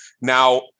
Now